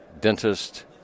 dentist